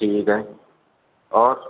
ٹھیک ہے اور